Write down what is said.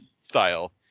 style